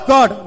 God